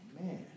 Man